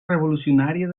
revolucionària